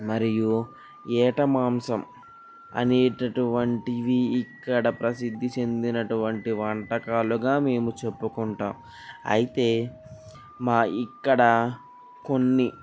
మరియు ఏట మాంసం అనే అటువంటి ఇక్కడ ప్రసిద్ధి చెందిన అటువంటి వంటకాలుగా మేము చెప్పుకుంటాం అయితే మా ఇక్కడ కొన్ని